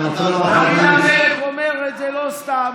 דוד המלך אומר את זה לא סתם,